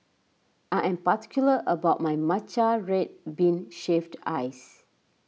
I am particular about my Matcha Red Bean Shaved Ice